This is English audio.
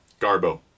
Garbo